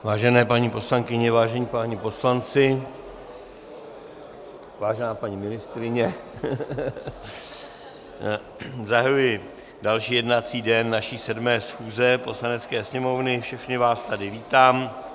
Vážené paní poslankyně, vážení páni poslanci, vážená paní ministryně, zahajuji další jednací den naší 7. schůze Poslanecké sněmovny, všechny vás tady vítám.